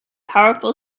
powerful